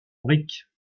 briques